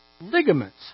ligaments